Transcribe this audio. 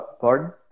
Pardon